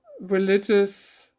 religious